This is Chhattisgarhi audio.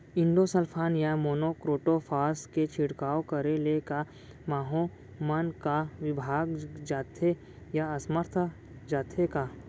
इंडोसल्फान या मोनो क्रोटोफास के छिड़काव करे ले क माहो मन का विभाग जाथे या असमर्थ जाथे का?